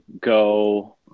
go